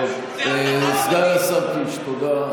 רק תגיד שזה, סגן השר קיש, תודה.